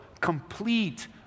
complete